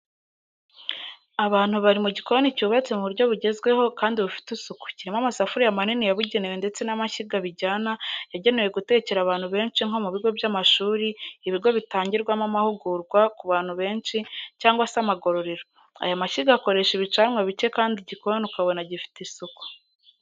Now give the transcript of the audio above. Abantu bari mu gikoni cyubatse mu buryo bugezweho kandi bufite isuku kirimo amasafuriya manini yabugenewe ndetse n'amashyiga bijyana yagenewe gutekera abantu benshi nko mu bigo by'amashuri, ibigo bitangirwamo amahugurwa ku bantu benshi, cyangwa se amagororero, aya mashyiga akoresha ibicanwa bike kandi igikoni ukabona gifite isuku.